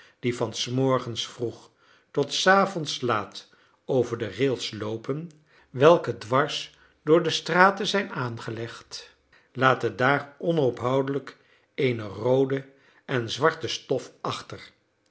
die van s morgens vroeg tot s avonds laat over de rails loopen welke dwars door de straten zijn aangelegd laten daar onophoudelijk eene roode en zwarte stof achter